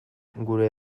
gure